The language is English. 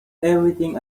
everything